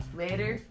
later